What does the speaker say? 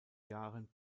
jahren